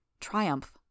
Triumph